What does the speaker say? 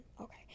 Okay